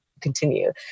continue